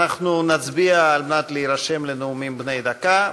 אנחנו נצביע כדי להירשם לנאומים בני דקה.